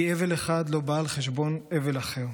כי אבל אחד לא בא על חשבון אבל אחר.